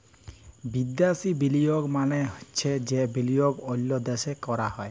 বিদ্যাসি বিলিয়গ মালে চ্ছে যে বিলিয়গ অল্য দ্যাশে ক্যরা হ্যয়